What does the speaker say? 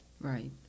Right